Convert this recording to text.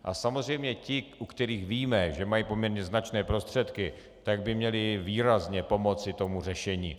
A samozřejmě ti, u kterých víme, že mají poměrně značné prostředky, tak by měli výrazně pomoci řešení.